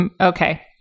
Okay